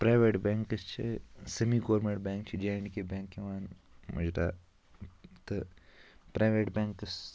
private banks چھِ سیٚمی government bank چھِ جے اینٛڈ کے بیٚنٛک یِوان مُجراہ تہٕ پرٛایویٹ بیٚنٛکس